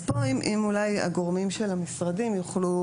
פה אולי אם הגורמים של המשרדים יוכלו